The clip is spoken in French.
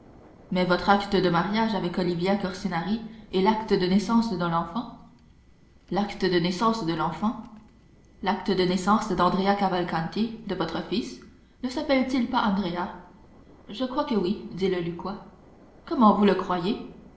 mais votre acte de mariage avec olivia corsinari et l'acte de naissance de l'enfant l'acte de naissance de l'enfant l'acte de naissance d'andrea cavalcanti de votre fils ne s'appelle-t-il pas andrea je crois que oui dit le lucquois comment vous le croyez